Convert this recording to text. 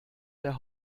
der